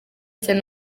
cyane